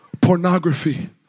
pornography